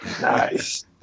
Nice